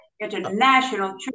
International